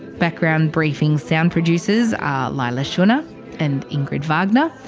background briefing's sound producers are leila shunnar and ingrid wagner.